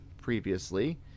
previously